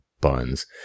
buns